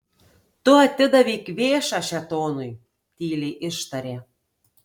tu atidavei kvėšą šėtonui tyliai ištarė